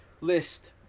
list